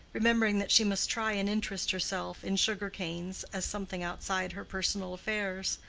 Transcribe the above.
remembering that she must try and interest herself in sugar-canes as something outside her personal affairs.